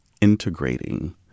integrating